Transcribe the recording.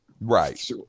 right